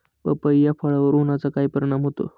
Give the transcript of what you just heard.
पपई या फळावर उन्हाचा काय परिणाम होतो?